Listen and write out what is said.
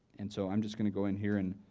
and so, i'm just going to go in here and